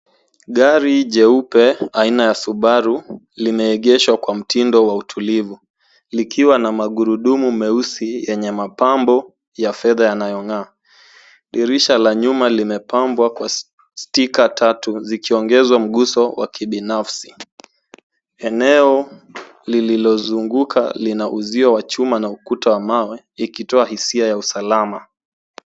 Gari jeupe aina ya Subaru, limeegeshwa kwa mtindo wa utulivu, likiwa na magurudumu meusi yenye mapambo ya fedha yanayong'aa. Dirisha la nyuma limepambwa kwa sticker tatu zikiongeza mguso wa kibinafsi. Eneo lililozunguka lina uzio wa chuma na ukuta wa mawe likitoa hisia ya usalama.